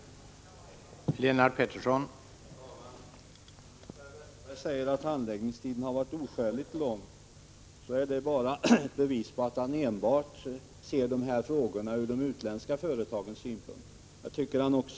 4 december 1985